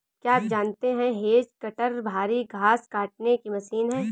क्या आप जानते है हैज कटर भारी घांस काटने की मशीन है